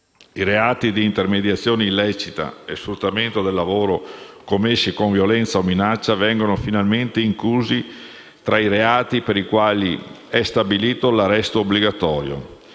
I reati di intermediazione illecita e sfruttamento del lavoro commessi con violenza o minaccia vengono finalmente inclusi tra i reati per i quali è stabilito l'arresto obbligatorio,